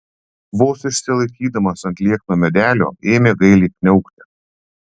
vos išsilaikydamas ant liekno medelio ėmė gailiai kniaukti